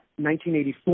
1984